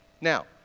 Now